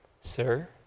Sir